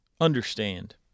understand